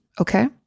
Okay